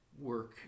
work